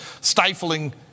stifling